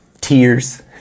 tears